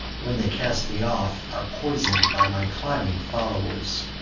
when they cast me off, are poison'd by my climbing followers.